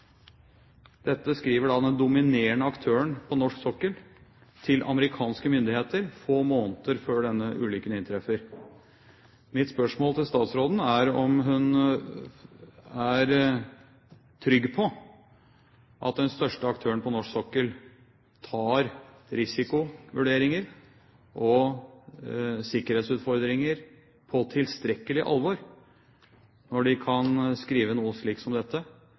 Dette skriver den dominerende aktøren på norsk sokkel til amerikanske myndigheter få måneder før denne ulykken inntreffer. Mitt spørsmål til statsråden er om hun er trygg på at den største aktøren på norsk sokkel tar risikovurderinger og sikkerhetsutfordringer på tilstrekkelig alvor når de kan skrive noe slikt som dette,